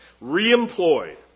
re-employed